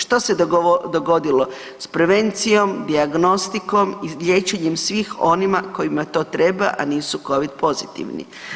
Što se dogodilo s prevencijom, dijagnostikom i liječenjem svih onima kojima to treba a nisu COVID pozitivni?